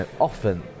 often